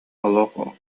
олох